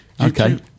Okay